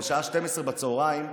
בשעה 12:00,